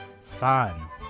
fun